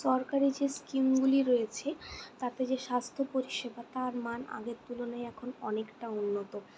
সরকারি যে স্কিমগুলি রয়েছে তাতে যে স্বাস্থ্য পরিষেবা তার মান আগের তুলনায় এখন অনেকটা উন্নত